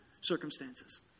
circumstances